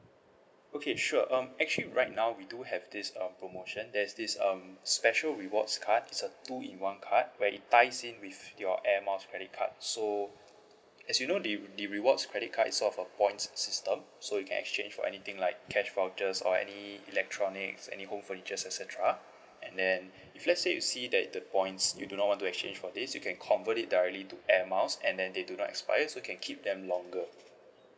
okay sure um actually right now we do have this um promotion there's this um special rewards card it's a two in one card where it ties in with your air miles credit card so as you know the the rewards credit cards is sort of a points system so you can exchange for anything like cash vouchers or any electronics any home furnitures et cetera and then if let's say you see that the points you do not want to exchange for this you can convert it directly to air miles and then they do not expire so can keep them longer